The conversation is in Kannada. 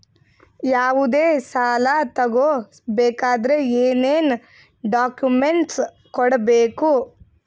ಯಾವುದೇ ಸಾಲ ತಗೊ ಬೇಕಾದ್ರೆ ಏನೇನ್ ಡಾಕ್ಯೂಮೆಂಟ್ಸ್ ಕೊಡಬೇಕು?